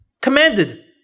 commanded